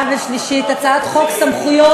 ולקריאה שלישית את הצעת חוק סמכויות,